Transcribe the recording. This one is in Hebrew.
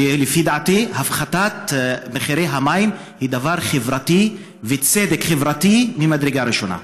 ולפי דעתי הפחתת מחירי המים היא דבר חברתי וצדק חברתי ממדרגה ראשונה.